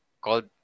called